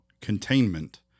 containment